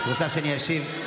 את רוצה שאני אשיב?